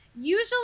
Usually